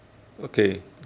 okay